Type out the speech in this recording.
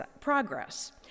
progress